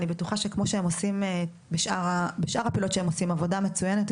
אני בטוחה שכמו שהם עושים בשאר הפעילויות עבודה מצוינת,